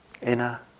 Inner